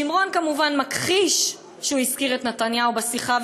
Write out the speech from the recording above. שמרון כמובן מכחיש שהוא הזכיר את נתניהו בשיחה,